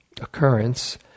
occurrence